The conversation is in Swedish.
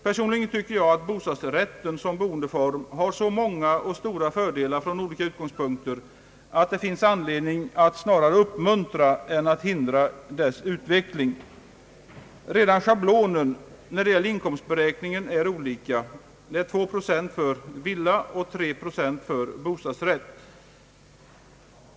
Personligen tycker jag att bostadsrätten som boendeform har så många och så stora fördelar från olika utgångspunkter, att det finns anledning att snarare främja än hindra dess utveckling. Redan schablonen för inkomstberäkningen är olika — 2 procent för villa och 3 procent för bostadsrätt.